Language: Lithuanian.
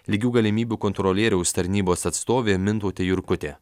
lygių galimybių kontrolieriaus tarnybos atstovė mintautė jurkutė